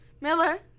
Miller